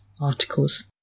articles